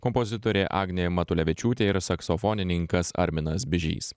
kompozitorė agnė matulevičiūtė ir saksofonininkas arminas bižys